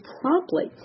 promptly